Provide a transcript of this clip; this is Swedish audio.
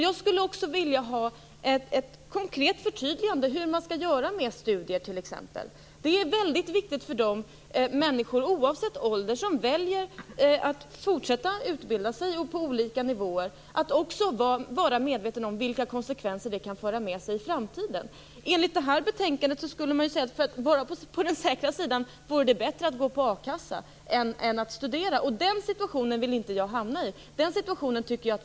Jag skulle också vilja ha ett konkret förtydligande hur man skall göra med studier t.ex. Det är väldigt viktigt för de människor, oavsett ålder, som väljer att fortsätta utbilda sig på olika nivåer att också vara medvetna om vilka konsekvenser det kan föra med sig i framtiden. Utifrån det här betänkandet skulle man kunna säga att det vore bättre att gå på a-kassa än att studera för att vara på den säkra sidan, och den situationen vill inte jag hamna i.